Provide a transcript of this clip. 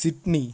Sydney